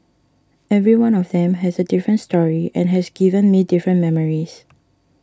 every one of them has a different story and has given me different memories